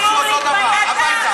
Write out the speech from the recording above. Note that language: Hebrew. לעמוד פה עכשיו.